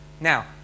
Now